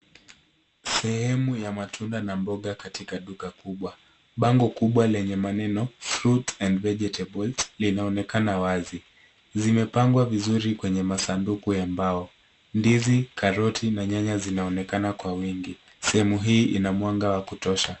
Sehemu ya matunda na mboga katika duka kubwa. Bango kubwa lenye maneno fruit & vegetables linaonekana wazi. Zimepangwa vizuri kwenye masanduku ya mbao. Ndizi, karoti na nyanya zinaonekana kwa wingi. Sehemu hii ina mwanga wa kutosha.